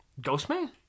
Ghostman